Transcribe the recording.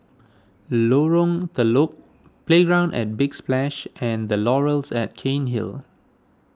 Lorong Telok Playground at Big Splash and the Laurels at Cairnhill